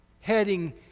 heading